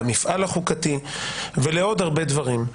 למפעל החוקתי ולעוד הרבה דברים.